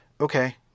okay